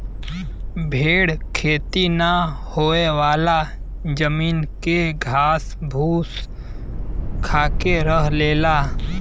भेड़ खेती ना होयेवाला जमीन के घास फूस खाके रह लेला